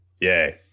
Yay